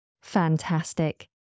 Fantastic